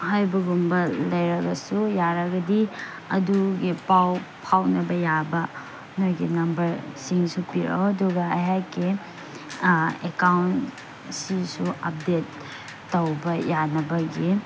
ꯍꯥꯏꯕꯒꯨꯝꯕ ꯂꯩꯔꯒꯁꯨ ꯌꯥꯔꯒꯗꯤ ꯑꯗꯨꯒꯤ ꯄꯥꯎ ꯐꯥꯎꯅꯕ ꯌꯥꯕ ꯅꯣꯏꯒꯤ ꯅꯝꯕꯔꯁꯤꯡꯁꯨ ꯄꯤꯔꯛꯑꯣ ꯑꯗꯨꯒ ꯑꯩꯍꯥꯛꯀꯤ ꯑꯦꯛꯀꯥꯎꯟꯁꯤꯁꯨ ꯑꯞꯗꯦꯠ ꯇꯧꯕ ꯌꯥꯅꯕꯒꯤ